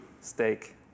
steak